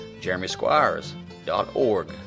jeremysquires.org